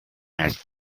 nicht